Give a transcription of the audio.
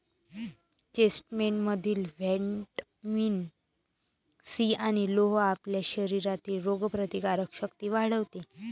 चेस्टनटमधील vitamin C आणि लोह आपल्या शरीरातील रोगप्रतिकारक शक्ती वाढवते